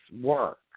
work